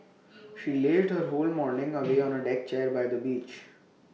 she lazed her whole morning away on A deck chair by the beach